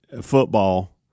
football